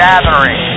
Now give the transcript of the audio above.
Gathering